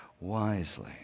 wisely